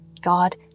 God